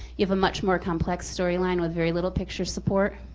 you have a much more complex storyline with very little picture support.